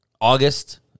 August